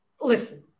listen